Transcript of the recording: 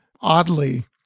Oddly